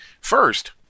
First